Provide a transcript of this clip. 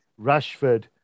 Rashford